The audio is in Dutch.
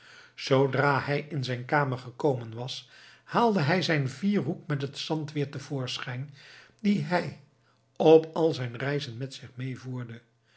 zoodra hij in zijn kamer gekomen was haalde hij zijn vierhoek met het zand weer te voorschijn die hij op al zijn reizen met zich mee voerde